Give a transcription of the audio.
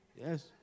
yes